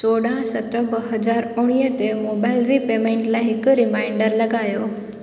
चोॾहं सत ॿ हज़ार उणवीह ते मोबाइल जी पेमेंट लाइ हिक रिमाइंडर लॻायो